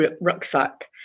rucksack